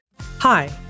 Hi